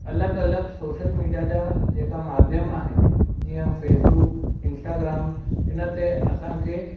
अलॻि अलॻि social media जा जेका माध्यम आहिनि जीअं फेसबुक इंस्टाग्राम हिन ते असांखे